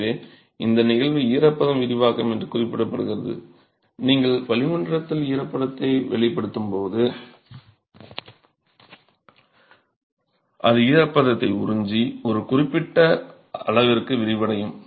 எனவே இந்த நிகழ்வு ஈரப்பதம் விரிவாக்கம் என்று குறிப்பிடப்படுகிறது நீங்கள் வளிமண்டலத்தில் ஈரப்பதத்தை வெளிப்படுத்தும் போது அது ஈரப்பதத்தை உறிஞ்சி ஒரு குறிப்பிட்ட அளவிற்கு விரிவடையும்